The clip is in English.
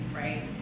right